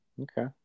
Okay